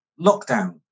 lockdown